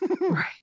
Right